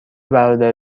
برادر